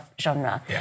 genre